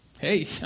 Hey